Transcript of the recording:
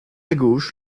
gauche